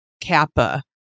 Kappa